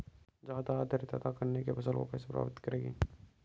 ज़्यादा आर्द्रता गन्ने की फसल को कैसे प्रभावित करेगी?